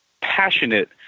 passionate